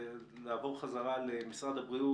זה בדיוק הזמן לעבור חזרה למשרד הבריאות.